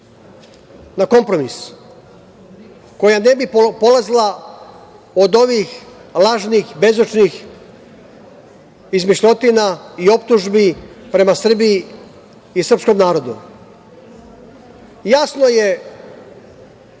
na kompromis, koja ne bi polazila od ovih lažnih, bezočnih izmišljotina i optužbi prema Srbiji i srpskom narodu. Jasno je